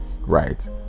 right